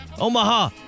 Omaha